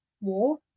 War